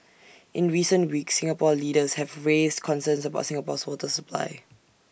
in recent weeks Singapore leaders have raised concerns about Singapore's water supply